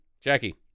Jackie